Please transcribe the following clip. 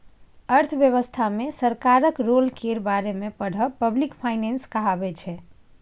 अर्थव्यवस्था मे सरकारक रोल केर बारे मे पढ़ब पब्लिक फाइनेंस कहाबै छै